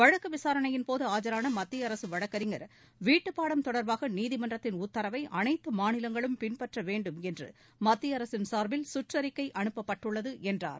வழக்கு விசாரணையின்போது ஆஜரான மத்திய அரசு வழக்கறிஞர் வீட்டுப்பாடம் தொடர்பாக நீதிமன்றத்தின் உத்தரவை அனைத்து மாநிலங்களும் பின்பற்ற வேண்டும் என்று மத்திய அரசின் சாா்பில் சுற்றறிக்கை அனுப்பப்பட்டுள்ளது என்றார்